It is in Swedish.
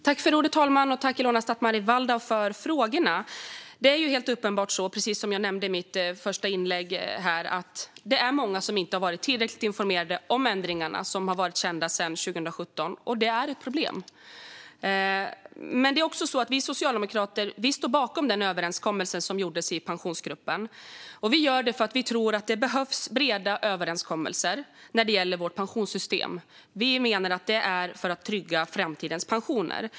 Herr talman! Jag tackar Ilona Szatmári Waldau för frågorna. Precis som jag nämnde i mitt huvudanförande har många inte varit tillräckligt informerade om ändringarna, som har varit kända sedan 2017. Det är ett problem. Vi socialdemokrater står dock bakom den överenskommelse som gjordes i Pensionsgruppen eftersom vi tror att det behövs breda överenskommelser om vårt pensionssystem för att trygga framtidens pensioner.